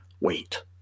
Wait